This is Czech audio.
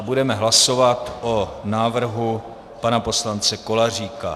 Budeme hlasovat o návrhu pana poslance Koláříka.